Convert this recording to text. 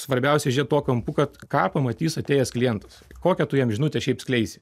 svarbiausia žiūrėt tuo kampu kad ką pamatys atėjęs klientas kokią tu jam žinutę šiaip skleisi